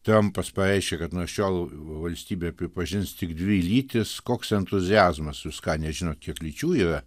trampas pareiškė kad nuo šiol valstybė pripažins tik dvi lytis koks entuziazmas jūs ką nežinot kiek lyčių yra